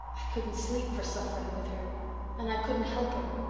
i couldn't sleep for suffering with her and i couldn't help her.